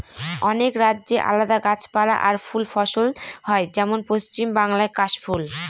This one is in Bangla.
অনেক রাজ্যে আলাদা গাছপালা আর ফুল ফসল হয় যেমন পশ্চিম বাংলায় কাশ ফুল